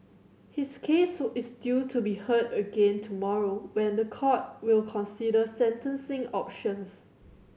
his case is due to be heard again tomorrow when the court will consider sentencing options